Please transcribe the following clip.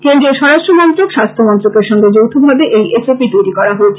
কেন্দ্রীয় স্বরাষ্ট্র মন্ত্রক স্বাস্থ্যমন্ত্রক এর সংগে যৌথভাবে এই এস ও পি তৈরী করা হয়েছে